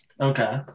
Okay